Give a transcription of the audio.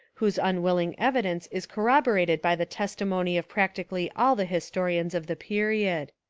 whose unwilling evi dence is corroborated by the testimony of prac tically all the historians of the period.